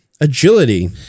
Agility